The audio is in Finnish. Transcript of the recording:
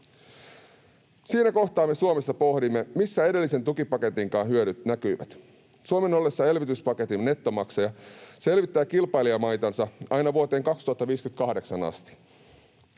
Siinä kohtaa me Suomessa pohdimme, missä edellisen tukipaketinkaan hyödyt näkyivät. Ollessaan elvytyspaketin nettomaksaja Suomi elvyttää kilpailijamaitansa aina vuoteen 2058 asti.